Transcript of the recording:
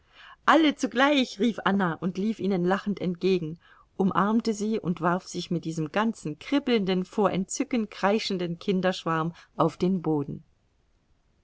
alle zugleich rief anna und lief ihnen lachend entgegen umarmte sie und warf sich mit diesem ganzen kribbelnden vor entzücken kreischenden kinderschwarm auf den boden